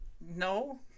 no